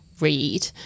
read